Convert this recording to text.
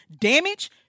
damage